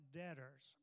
debtors